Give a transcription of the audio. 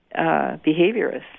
behaviorists